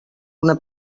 una